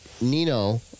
Nino